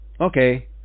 Okay